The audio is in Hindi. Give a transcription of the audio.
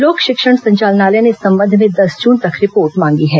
लोक शिक्षण संचालनालय ने इस संबंध में दस जून तक रिपोर्ट मांगी है